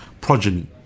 progeny